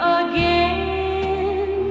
again